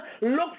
Look